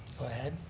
go ahead.